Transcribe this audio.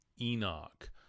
Enoch